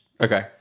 Okay